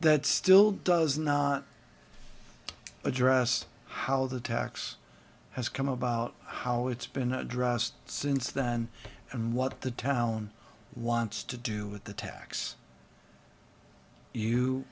that still does not address how the tax has come about how it's been addressed since then and what the town wants to do with the tax you